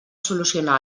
solucionar